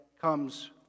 comes